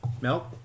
Milk